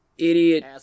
idiot